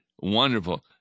wonderful